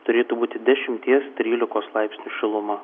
turėtų būti dešimties trylikos laipsnių šiluma